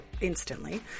instantly